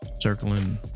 circling